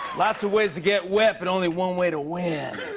lots of ways to get wet, but only one way to win.